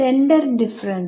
എന്ത് സംഭവിക്കും